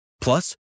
Plus